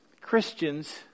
Christians